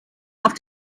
auf